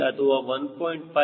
3 ಅಥವಾ 1